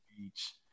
beach